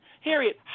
Harriet